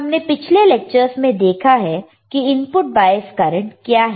हमने पिछले लेक्चरस में देखा है कि इनपुट बायस करंट क्या है